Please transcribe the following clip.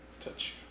touch